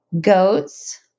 goats